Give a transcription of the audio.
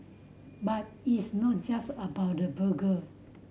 but it's not just about the burger